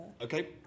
Okay